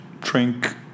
drink